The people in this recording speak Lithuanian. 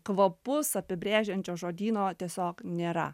kvapus apibrėžiančio žodyno tiesiog nėra